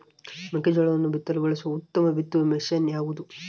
ಮೆಕ್ಕೆಜೋಳವನ್ನು ಬಿತ್ತಲು ಬಳಸುವ ಉತ್ತಮ ಬಿತ್ತುವ ಮಷೇನ್ ಯಾವುದು?